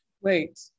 Wait